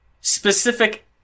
specific